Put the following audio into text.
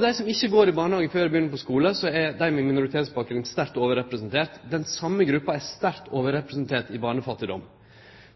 dei begynner på skulen, er dei med minoritetsbakgrunn sterkt overrepresentert. Den same gruppa er sterkt overrepresentert når det gjeld barnefattigdom.